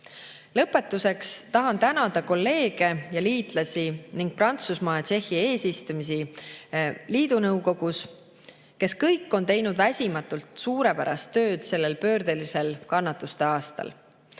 Lõpetuseks tahan tänada kolleege ja liitlasi ningPrantsusmaad ja Tšehhit, kes eesistumise ajal [Euroopa Liidu] nõukogus on teinud väsimatult suurepärast tööd sellel pöördelisel kannatuste aastal.